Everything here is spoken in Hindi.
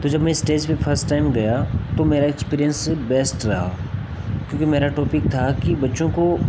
तो जब मैं इस्टेज पर फर्स्ट टाइम गया तो मेरा एक्सपीरिएन्स बेस्ट रहा क्योंकि मेरा टॉपिक था कि बच्चों को